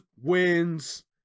wins